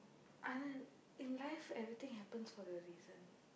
Anand in life everything happens for a reason